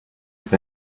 with